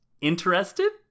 Interested